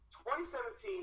2017